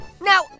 Now